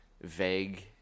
vague